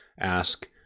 ask